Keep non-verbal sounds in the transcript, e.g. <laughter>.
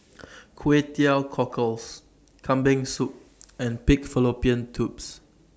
<noise> Kway Teow Cockles Kambing Soup and Pig Fallopian Tubes